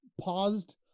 paused